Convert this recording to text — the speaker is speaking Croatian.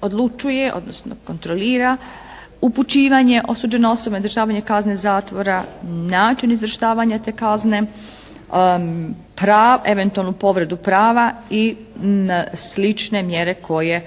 odlučuje odnosno kontrolira upućivanje osuđene osobe na izdržavanje kazne zatvora, način izvršavanja te kazne, eventualnu povredu prava i na slične mjere koje